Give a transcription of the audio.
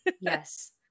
Yes